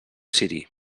ciri